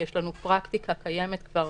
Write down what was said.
יש לנו פרקטיקה קיימת כבר